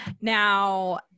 Now